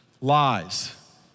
Lies